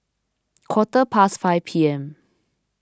quarter past five P M